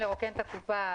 לרוקן את הקופה.